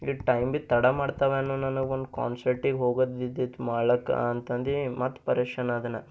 time ಭೀ ತಡ ಮಾಡ್ತವೆನೋ ನನಗೆ ಒಂದು ಕಾನ್ಸರ್ಟಿಗೆ ಹೋಗೋದಿದ್ದಿತ್ತು ಮಾಳಕ್ಕೆ ಅಂತಂದು ಮತ್ತೂ ಪರೇಷಾನ್ ಆದೆ ನಾನು